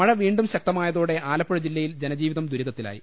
മഴ വീണ്ടും ശക്തമായതോടെ ആലപ്പുഴ ജില്ലയിൽ ജനജീവിതം ദുരിതത്തിലായി